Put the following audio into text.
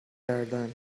کردندمن